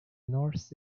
north